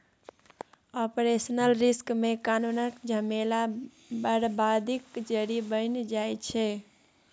operational risk मे कानुनक झमेला बरबादीक जरि बनि जाइ छै